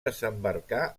desembarcar